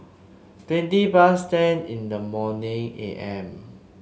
twenty past ten in the morning A M